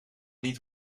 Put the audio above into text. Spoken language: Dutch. niet